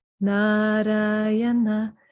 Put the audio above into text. Narayana